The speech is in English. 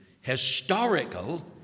historical